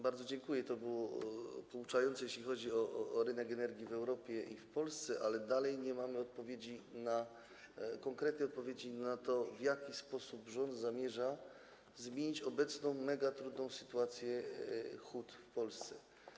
Bardzo dziękuję, to było pouczające, jeśli chodzi o rynek energii w Europie i w Polsce, ale dalej nie mamy konkretnej odpowiedzi na pytanie, w jaki sposób rząd zamierza zmienić obecną megatrudną sytuację hut w Polsce.